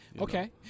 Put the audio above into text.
okay